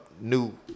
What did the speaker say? New